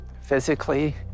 physically